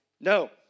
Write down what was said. No